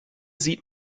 sieht